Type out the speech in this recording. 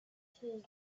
this